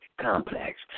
complex